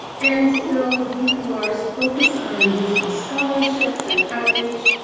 and so dean kumar so focused on and regional scholarships and outreach,